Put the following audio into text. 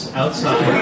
outside